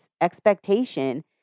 expectation